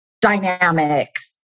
dynamics